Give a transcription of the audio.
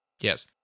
Yes